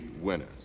winners